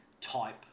type